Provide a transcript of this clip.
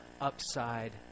upside